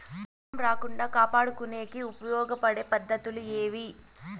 రోగం రాకుండా కాపాడుకునేకి ఉపయోగపడే పద్ధతులు ఏవి?